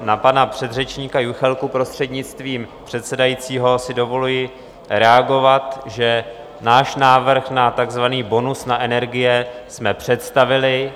Na pana předřečníka Juchelku, prostřednictvím předsedajícího, si dovoluji reagovat, že náš návrh na takzvaný bonus na energie jsme představili.